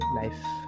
life